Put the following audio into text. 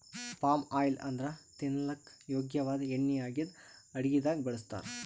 palm oil ಅಂದ್ರ ತಿನಲಕ್ಕ್ ಯೋಗ್ಯ ವಾದ್ ಎಣ್ಣಿ ಆಗಿದ್ದ್ ಅಡಗಿದಾಗ್ ಬಳಸ್ತಾರ್